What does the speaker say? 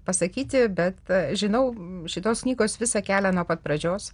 pasakyti bet žinau šitos knygos visą kelią nuo pat pradžios